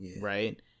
right